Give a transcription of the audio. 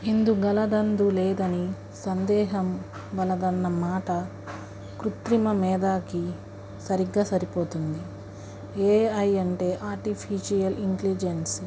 ఇందుగలడందు లేదని సందేహం వలదన్నమాట కృత్రిమ మేధాకి సరిగ్గా సరిపోతుంది ఏఐ అంటే ఆర్టిఫిషియల్ ఇంటెలిజెన్స్